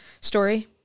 story